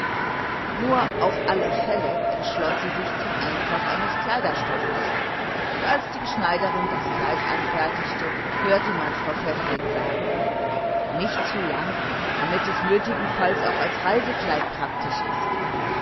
nur auf alle fälle entschloß sie sich zum einkauf eines kleiderstoffs und als die schneiderin das kleid anfertigte hörte man frau pfäffling sagen nicht zu lang damit es nötigenfalls auch als reisekleid praktisch ist